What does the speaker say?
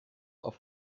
auf